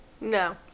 No